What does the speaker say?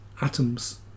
atoms